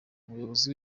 umuyobozi